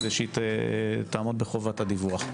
כדי שהיא תעמוד בחובת הדיווח.